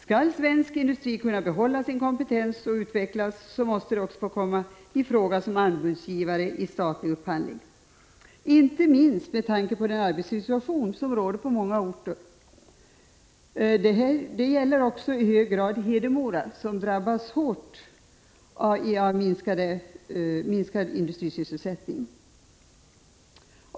Skall svensk industri kunna behålla sin kompetens och utvecklas måste den också komma i fråga som anbudsgivare vid statlig upphandling, inte minst med tanke på den arbetssituation som råder på många orter. Det gäller också i hög grad Hedemora, som drabbats hårt av minskad industrisysselsättning.